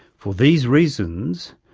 for these reasons,